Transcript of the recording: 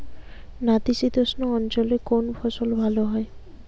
নাতিশীতোষ্ণ অঞ্চলে কোন ফসল ভালো হয়?